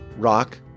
Rock